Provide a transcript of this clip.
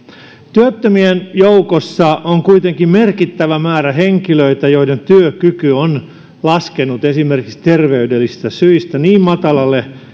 työttömien joukossa on kuitenkin merkittävä määrä henkilöitä joiden työkyky on laskenut esimerkiksi terveydellisistä syistä niin matalalle